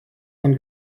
von